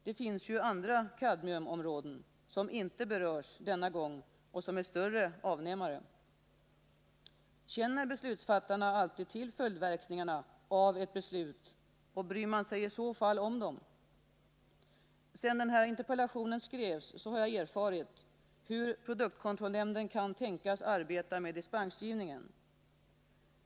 Det finns ju andra områden, som inte berörs denna gång, där man har en än större avnämare av kadmium. Känner beslutsfattarna alltid till följdverkningarna av ett beslut, och bryr man sig i så fall om dem? Sedan den här interpellationen skrevs har jag erfarit hur produktkontrollnämnden kan tänkas arbeta med dispensgivningen.